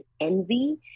envy